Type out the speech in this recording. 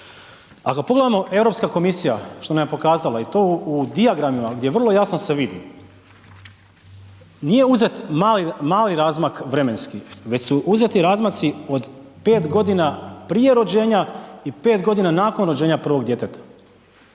Ako pogledamo Europska komisija što nam je pokazala, i to u dijagramima gdje vrlo jasno se vidi, nije uzet mali razmak vremenski, već su uzeti razmaci od 5 godina prije rođenja, i 5 godina nakon rođenja prvog djeteta,